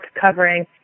covering